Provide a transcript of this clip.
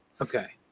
Okay